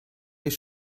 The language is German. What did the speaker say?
hier